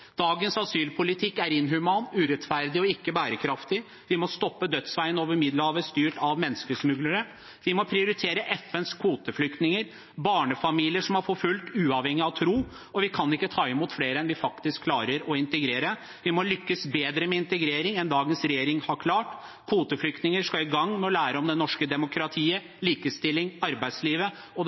Dagens asylpolitikk er inhuman, urettferdig og ikke bærekraftig. Vi må stoppe dødsveien over Middelhavet styrt av menneskesmuglere. Vi må prioritere FNs kvoteflyktninger, barnefamilier som er forfulgt, uavhengig av tro, og vi kan ikke ta imot flere enn vi faktisk klarer å integrere. Vi må lykkes bedre med integrering enn det dagens regjering har klart. Kvoteflyktninger skal i gang med å lære om det norske demokratiet, likestilling, arbeidslivet og det